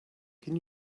can